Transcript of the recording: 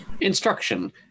instruction